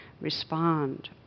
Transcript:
respond